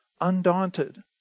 undaunted